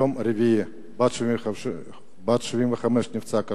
ביום רביעי, בת 75 נפצעה קשה,